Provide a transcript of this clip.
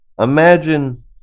Imagine